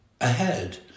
ahead